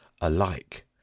alike